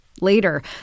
Later